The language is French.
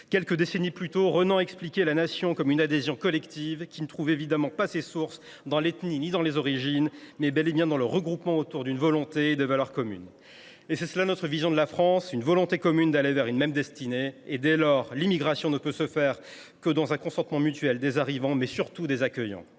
Quelques décennies plus tôt, Renan expliquait que la nation résultait d’une adhésion collective. Celle ci trouve évidemment ses sources non pas dans l’ethnie ou dans les origines, mais bel et bien dans le regroupement autour d’une volonté et de valeurs communes. Telle est notre vision de la France : une volonté commune d’aller vers une même destinée. Dès lors, l’immigration ne peut avoir lieu sans un consentement mutuel des arrivants et, surtout, des accueillants.